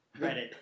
Reddit